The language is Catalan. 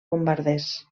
bombarders